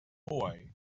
boy